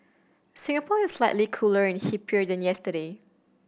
Singapore is slightly cooler and hipper than yesterday